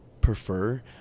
prefer